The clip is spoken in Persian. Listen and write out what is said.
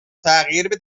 تغییر